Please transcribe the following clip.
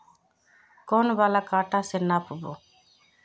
कौन वाला कटा से नाप बो?